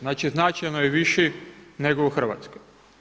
Znači značajno je viši nego u Hrvatskoj.